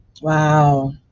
Wow